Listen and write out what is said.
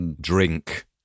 drink